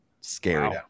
Scary